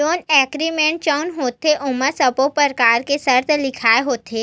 loan agreement जउन होथे ओमा सब्बो परकार के सरत लिखाय होथे